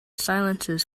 silences